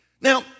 Now